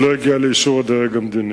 (לא נקראה, נמסרה לפרוטוקול)